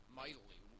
mightily